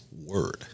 word